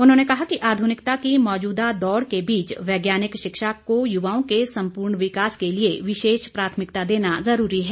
उन्होंने कहा कि आधुनिकता की मौजूदा दौड़ के बीच वैज्ञानिक शिक्षा को युवाओं के संपूर्ण विकास के लिए विशेष प्राथमिकता देना ज़रूरी है